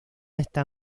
está